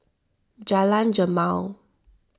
Jalan Jamal